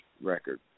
record